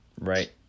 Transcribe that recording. Right